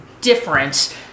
different